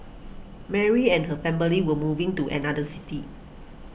Mary and her family were moving to another city